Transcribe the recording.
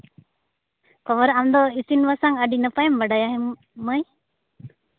ᱠᱷᱚᱵᱚᱨ ᱟᱢᱫᱚ ᱤᱥᱤᱱ ᱵᱟᱥᱟᱝ ᱟᱹᱰᱤ ᱱᱟᱯᱟᱭᱮᱢ ᱵᱟᱰᱟᱭᱟ ᱢᱟᱹᱭ